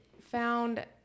found